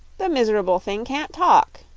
the miserable thing can't talk,